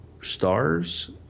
stars